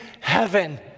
heaven